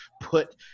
put